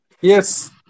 yes